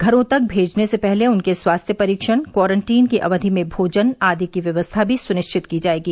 घरों तक भेजने से पहले उनके स्वास्थ्य परीक्षण क्वारंटीन की अवधि में भोजन आदि की व्यवस्था भी सुनिश्चित की जायेगी